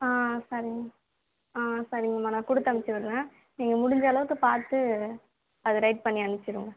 ஆ சரிங்கம்மா ஆ சரிங்கம்மா நான் கொடுத்து அனுப்பிச்சி விடுறேன் நீங்கள் முடிஞ்ச அளவுக்கு பார்த்து அதை ரைட் பண்ணி அனுப்பிச்சி விடுங்க